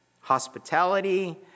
Hospitality